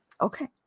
Okay